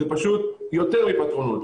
זה פשוט יותר מפטרונות,